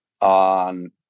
on